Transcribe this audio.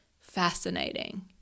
Fascinating